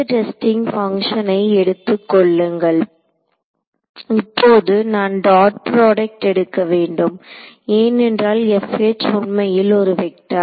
testing பங்க்ஷனை எடுத்துக் கொள்ளுங்கள் இப்போது நான் டாட் ப்ராடக்ட் எடுக்க வேண்டும் ஏனென்றால் உண்மையில் ஒரு வெக்டர்